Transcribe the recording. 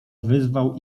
wyzwał